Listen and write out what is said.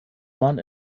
man